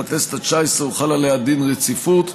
ובכנסת התשע-עשרה הוחל עליה דין רציפות.